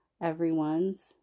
everyone's